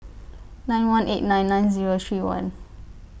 nine one eight nine nine Zero three one